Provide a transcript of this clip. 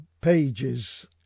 pages